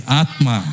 atma